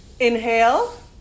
Inhale